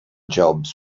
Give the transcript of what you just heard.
jobs